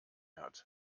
hat